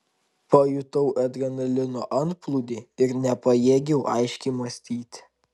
pajutau adrenalino antplūdį ir nepajėgiau aiškiai mąstyti